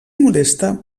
molesta